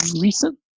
recent